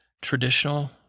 traditional